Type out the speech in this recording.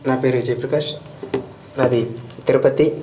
నా పేరు జయప్రకాష్ నాది తిరుపతి